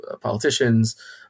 politicians